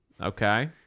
Okay